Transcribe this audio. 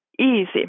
easy